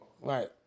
Right